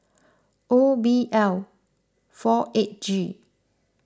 O B L four eight G